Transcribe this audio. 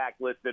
backlisted